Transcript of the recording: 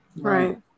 Right